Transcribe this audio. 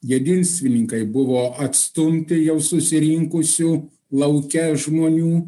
jedinstvininkai buvo atstumti jau susirinkusių lauke žmonių